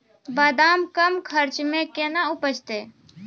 बादाम कम खर्च मे कैना उपजते?